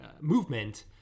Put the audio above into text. movement